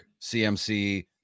CMC